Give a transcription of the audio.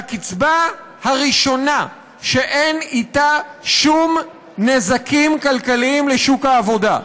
שהקצבה הראשונה שאין אתה שום נזקים כלכליים לשוק העבודה,